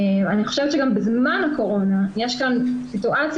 אני חושבת שגם בזמן הקורונה יש כאן סיטואציה